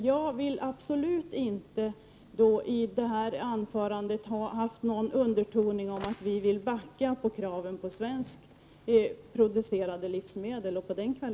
Jag vill absolut inte i detta anförande ha haft någon underton av att vi vill sänka kraven på kvaliteten hos svenskproducerade livsmedel.